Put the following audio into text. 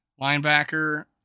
linebacker